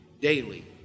daily